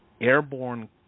airborne